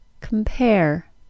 compare